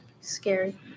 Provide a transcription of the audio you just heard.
scary